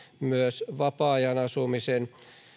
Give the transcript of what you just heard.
myös vapaa ajan asumisen